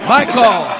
Michael